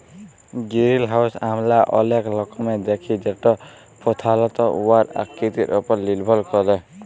greenhouse আমরা অলেক রকমের দ্যাখি যেট পধালত উয়ার আকৃতির উপর লির্ভর ক্যরে